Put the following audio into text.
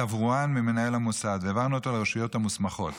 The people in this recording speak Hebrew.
התברואן על מנהל המוסד והעברנו אותו לרשויות המוסמכות.